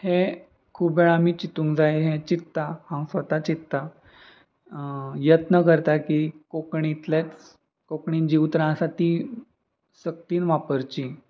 हें खूब वेळा आमी चिंतूंक जाय हें चिंत्ता हांव स्वता चिंत्ता यत्न करता की कोंकणींतलेंच कोंकणीन जीं उतरां आसा तीं सक्तीन वापरची